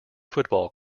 football